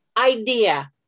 Idea